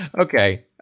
okay